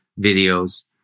videos